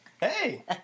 Hey